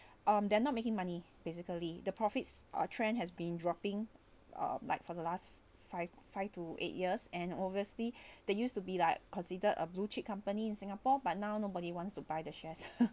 um they're not making money basically the profits or trend has been dropping uh like for the last five five to eight years and obviously that used to be like considered a blue-chip company in singapore but now nobody wants to buy the shares